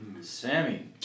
Sammy